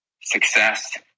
success